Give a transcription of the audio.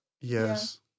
Yes